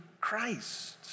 Christ